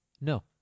No